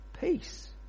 peace